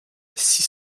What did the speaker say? six